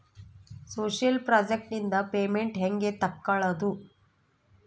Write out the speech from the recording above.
Social project ನಿಂದ payment ಹೆಂಗೆ ತಕ್ಕೊಳ್ಳದು?